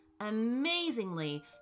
Amazingly